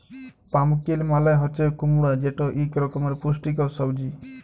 pumpkin মালে হছে কুমড়া যেট ইক রকমের পুষ্টিকর সবজি